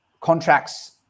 contracts